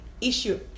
issue